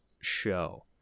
show